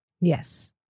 Yes